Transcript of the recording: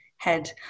Head